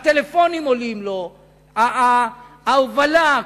הטלפונים עולים לו, ההובלה.